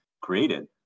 created